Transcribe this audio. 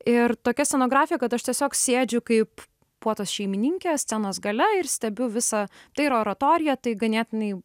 ir tokia scenografija kad aš tiesiog sėdžiu kaip puotos šeimininkė scenos gale ir stebiu visą tai yra oratorija tai ganėtinai